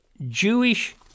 Jewish